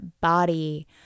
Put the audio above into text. body